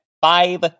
five